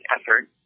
effort